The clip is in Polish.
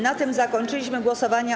Na tym zakończyliśmy głosowania.